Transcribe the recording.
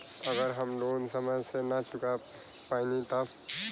अगर हम लोन समय से ना चुका पैनी तब?